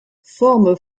forme